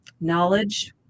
knowledge